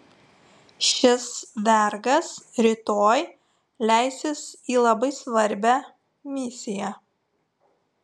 šis vergas rytoj leisis į labai svarbią misiją